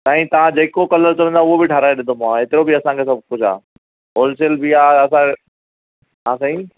साईं तव्हां जेको कलर चवंदा उहो बि ठहिराए ॾींदोमांव हेतिरो बि असांखे सभु कुझु आहे होलसेल बि आहे असां जो हा साईं